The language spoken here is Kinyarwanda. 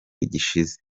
gishize